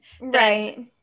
right